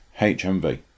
HMV